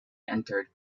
entered